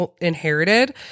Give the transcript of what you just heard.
inherited